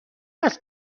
است